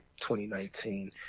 2019